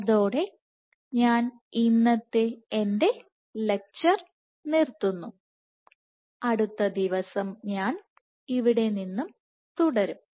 അതോടെ ഞാൻ ഇന്നത്തെ എൻറെ ലെക്ച്ചർ നിർത്തുന്നു അടുത്ത ദിവസം ഞാൻ ഇവിടെ നിന്നും തുടരും